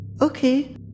Okay